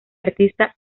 artista